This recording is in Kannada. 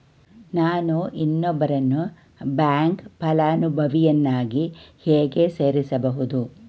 ನಾನು ಇನ್ನೊಬ್ಬರನ್ನು ಬ್ಯಾಂಕ್ ಫಲಾನುಭವಿಯನ್ನಾಗಿ ಹೇಗೆ ಸೇರಿಸಬಹುದು?